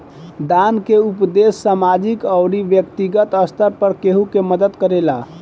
दान के उपदेस सामाजिक अउरी बैक्तिगत स्तर पर केहु के मदद करेला